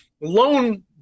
loan